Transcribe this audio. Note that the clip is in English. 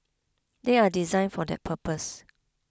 they are designed for that purpose